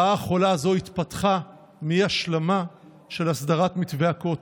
הרעה החולה הזו התפתחה מאי-השלמה של הסדרת מתווה הכותל.